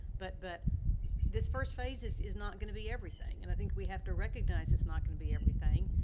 but but this first phase is is not gonna be everything, and i think we have to recognize it's not gonna be everything,